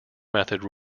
method